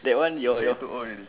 that one you're you're